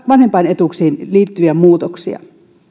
vanhempainetuuksiin liittyviä muutoksia